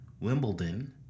Wimbledon